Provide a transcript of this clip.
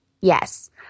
Yes